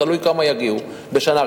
תלוי כמה יגיעו בשנה.